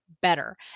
better